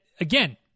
again